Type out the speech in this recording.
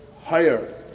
higher